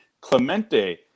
Clemente